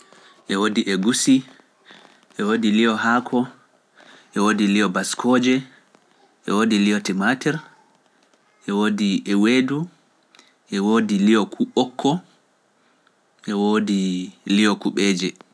E woodi egusi e woodi i'o haako, e woodi li'o baskooje, e woodi li'o timaatir, e woodi eweedu, e woodi li'o kuu- li'o ɓokko, e woodi li'o kuɓeeje.